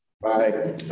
Bye